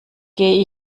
gehe